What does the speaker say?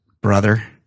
brother